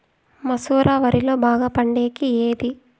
మసూర వరిలో బాగా పండేకి ఏది?